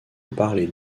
parler